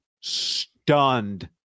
stunned